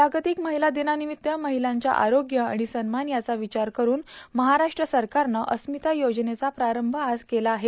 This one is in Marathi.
जागतिक महिला दिनानिमित्त महिलांच्या आरोग्य आणि सन्मान याचा विचार करून महाराष्ट्र सरकारनं अस्मिता योजनेचा प्रारंभ आज केला आहे